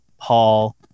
Paul